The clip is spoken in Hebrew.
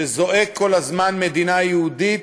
שזועק כל הזמן "מדינה יהודית",